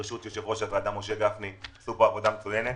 בראשות יושב-ראש הוועדה משה גפני עשו פה עבודה מצוינת.